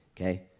okay